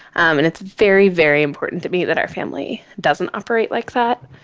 and it's very, very important to me that our family doesn't operate like that.